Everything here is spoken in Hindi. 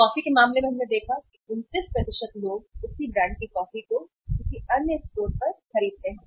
कॉफी के मामले में हमने देखा है कि 29 लोग उसी ब्रांड की कॉफी किसी अन्य स्टोर पर खरीदते हैं